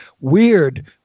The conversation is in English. weird